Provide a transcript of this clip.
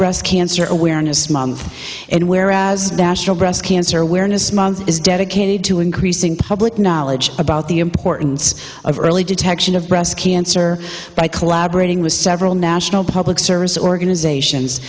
breast cancer awareness month and whereas national breast cancer awareness month is dedicated to increasing public knowledge about the importance of early detection of breast cancer by collaborating with several national public service organizations